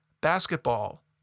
basketball